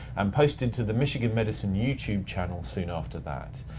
and posted to the michigan medicine youtube channel soon after that.